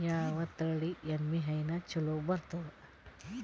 ಯಾವ ತಳಿ ಎಮ್ಮಿ ಹೈನ ಚಲೋ ಬರ್ತದ?